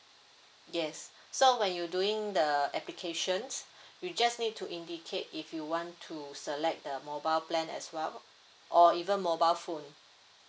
yes so when you doing the application you just need to indicate if you want to select the mobile plan as well or even mobile phone